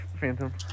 Phantom